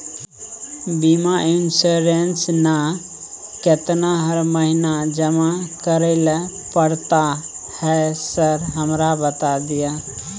बीमा इन्सुरेंस ना केतना हर महीना जमा करैले पड़ता है सर हमरा बता दिय?